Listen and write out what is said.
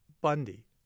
Bundy